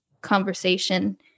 conversation